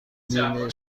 بیمه